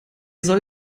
soll